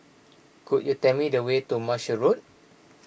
could you tell me the way to Marshall Road